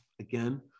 again